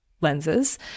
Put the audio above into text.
lenses